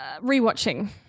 re-watching